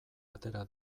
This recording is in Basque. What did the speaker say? atera